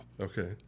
Okay